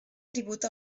tribut